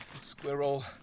Squirrel